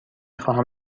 خواهم